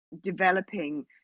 developing